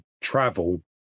travel